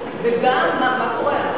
וגם: מה קורה?